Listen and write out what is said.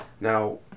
now